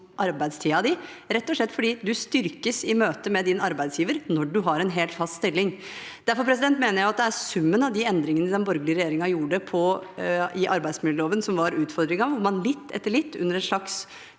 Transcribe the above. arbeidstiden din, rett og slett fordi du styrkes i møte med din arbeidsgiver når du har en hel, fast stilling. Derfor mener jeg at det er summen av de endringene den borgerlige regjeringen gjorde i arbeidsmiljøloven, som var utfordringen – der man litt etter litt, under en slags